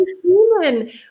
human